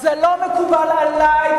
זה לא מקובל עלי,